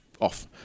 off